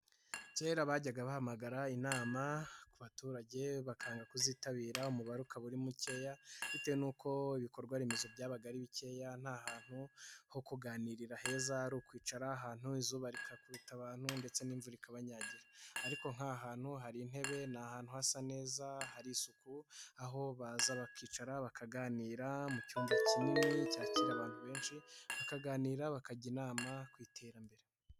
Kera bajyaga bahamagara inama ku baturage bakanga kuzitabira umubare ukaba uri mukeya bitewe n'uko ibikorwa remezo byabaga ari bikeya ntahantu ho kuganirira heza ari ukwicara ahantu izuba rigakubita abantu ndetse n'imvura ikabanyagira, ariko nk'aha hantu hari intebe ni ahantu hasa neza, hari isuku aho baza bakicara bakaganira mu cyumba kinini cyakira abantu benshi bakaganira bakajya inama ku iterambere.